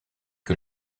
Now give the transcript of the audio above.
que